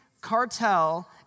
Cartel